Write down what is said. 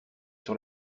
sur